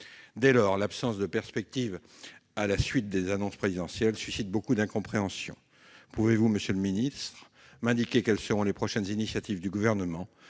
Dès lors, l'absence de perspectives à la suite des annonces présidentielles suscite beaucoup d'incompréhension. Pouvez-vous m'indiquer quelles seront les prochaines initiatives du Gouvernement